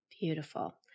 Beautiful